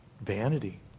vanity